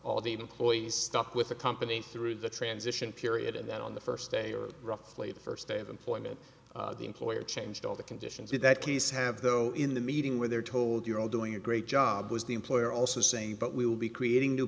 all the employees stuck with the company through the transition period and then on the first day or roughly the first day of employment the employer changed all the conditions in that case have though in the meeting where they're told you're all doing a great job was the employer also saying but we will be creating new